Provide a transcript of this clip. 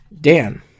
Dan